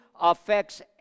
affects